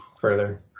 further